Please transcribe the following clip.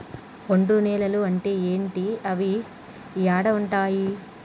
ఒండ్రు నేలలు అంటే ఏంటి? అవి ఏడ ఉంటాయి?